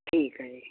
ਠੀਕ ਹੈ ਜੀ